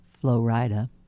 Florida